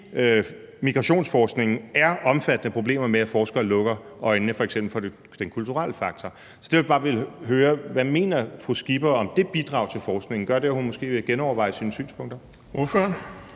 migrationsforskningen er omfattende problemer med, at forskere lukker øjnene for f.eks. den kulturelle faktor. Så det, jeg bare vil høre, er: Hvad mener fru Pernille Skipper om det bidrag til forskningen? Gør det, at hun måske vil genoverveje sine synspunkter?